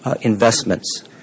investments